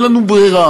אין לנו ברירה,